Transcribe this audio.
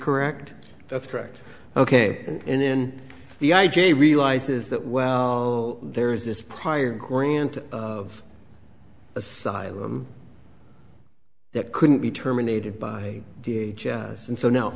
correct that's correct ok and then the i j a realizes that well there is this prior grant of asylum that couldn't be terminated by the and so now